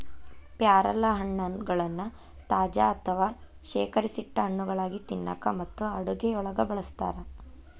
ಪ್ಯಾರಲಹಣ್ಣಗಳನ್ನ ತಾಜಾ ಅಥವಾ ಶೇಖರಿಸಿಟ್ಟ ಹಣ್ಣುಗಳಾಗಿ ತಿನ್ನಾಕ ಮತ್ತು ಅಡುಗೆಯೊಳಗ ಬಳಸ್ತಾರ